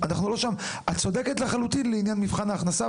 את צודקת לחלוטין על עניין מבחן ההכנסה,